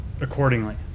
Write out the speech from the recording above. accordingly